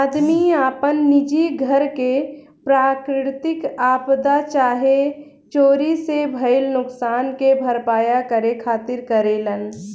आदमी आपन निजी घर के प्राकृतिक आपदा चाहे चोरी से भईल नुकसान के भरपाया करे खातिर करेलेन